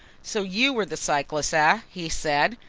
so you were the cyclist, ah he said.